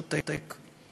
שותק.